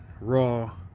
raw